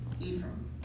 Ephraim